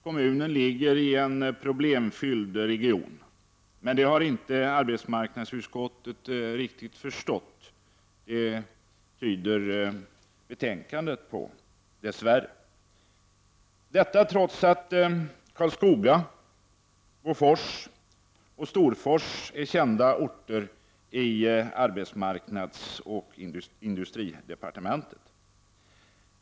Kommunen ligger i en problemfylld region, men det har inte arbetsmarknadsutskottet riktigt förstått, det tyder betänkandet dess värre på, detta trots att Karlskoga, Bofors och Storfors är kända orter i arbetsmarknadsoch industridepartementet.